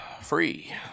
free